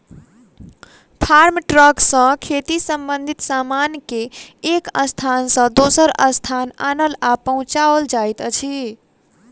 farm truck सॅ खेती संबंधित सामान के एक स्थान सॅ दोसर स्थान आनल आ पहुँचाओल जाइत अछि